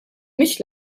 mhix